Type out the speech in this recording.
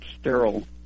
sterile